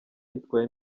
yitwaye